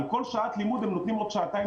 על כל שעת לימוד הם נותנים עוד שעתיים